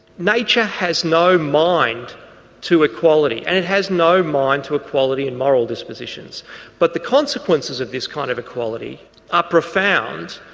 nature has no mind to equality, and it has no mind to equality in moral dispositions but the consequences of this kind of equality are profound.